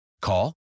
Call